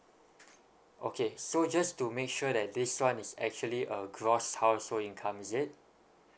okay so just to make sure that this [one] is actually uh gross household income is it